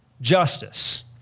justice